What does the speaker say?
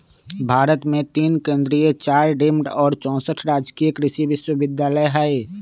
भारत मे तीन केन्द्रीय चार डिम्ड आ चौसठ राजकीय कृषि विश्वविद्यालय हई